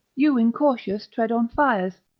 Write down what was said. you incautious tread on fires,